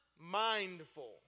mindful